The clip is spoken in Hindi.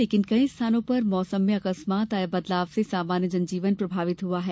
लेकिन कई स्थानों पर मौसम में अकस्मात आये बदलाव से सामान्य जनजीवन प्रभावित हुआ है